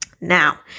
Now